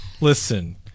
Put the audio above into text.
listen